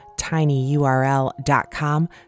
tinyurl.com